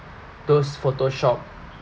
those Photoshop